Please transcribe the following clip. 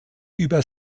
über